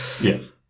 Yes